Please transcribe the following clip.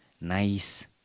nice